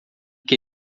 que